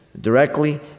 directly